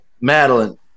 Madeline